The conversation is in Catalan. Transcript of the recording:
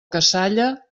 cassalla